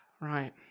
Right